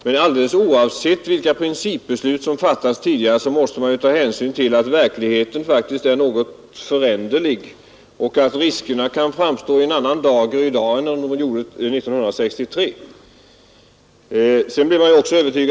Men alldeles oavsett vilka principbeslut som fattats tidigare måste man ta hänsyn till att verkligheten faktiskt är föränderlig och att riskerna på dataområdet kan framstå i annan dager i dag än de gjorde 1963.